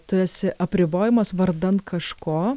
tu esi apribojamas vardan kažko